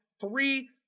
Three